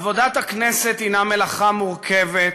עבודת הכנסת היא מלאכה מורכבת,